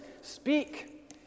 speak